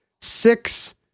six